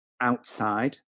outside